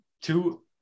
two